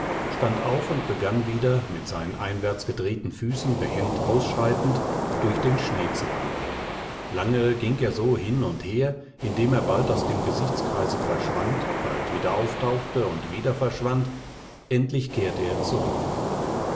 stand auf und begann wieder mit seinen einwärts gedrehten füßen behend ausschreitend durch den schnee zu wandern lange ging er so hin und her indem er bald aus dem gesichtskreise verschwand bald wieder auftauchte und wieder verschwand endlich kehrte er zurück